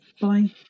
Bye